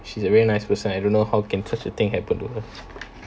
she's a very nice person I don't know how can such a thing happen to her